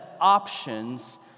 options